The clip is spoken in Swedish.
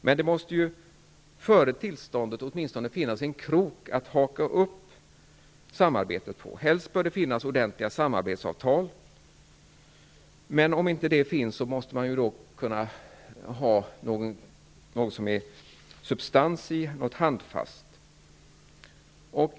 Men det måste åtminstone före tillståndet finnas en krok att haka upp samarbetet på. Helst bör det finnas ordentliga samarbetsavtal. Men om inte det finns, måste man kunna ha något som det är substans i, något handfast.